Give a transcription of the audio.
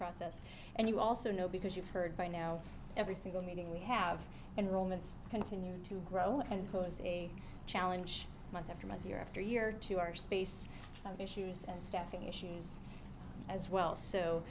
process and you also know because you've heard by now every single meeting we have enrollments continue to grow and pose a challenge month after month year after year to our space issues and staffing issues as well so